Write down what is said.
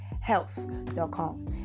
health.com